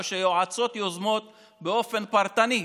או שיועצות יוזמות באופן פרטני.